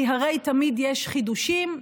כי הרי תמיד יש חידושים,